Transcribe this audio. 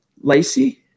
Lacey